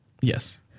Yes